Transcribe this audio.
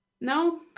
No